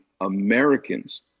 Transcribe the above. Americans